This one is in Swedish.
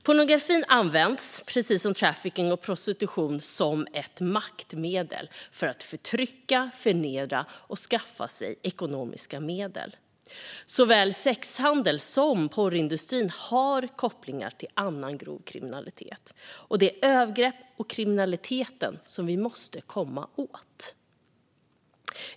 Pornografin används, precis som trafficking och prostitution, som ett maktmedel för att förtrycka, förnedra och skaffa sig ekonomiska medel. Såväl sexhandeln som porrindustrin har kopplingar till annan grov kriminalitet, och det är övergreppen och kriminaliteten vi måste komma åt.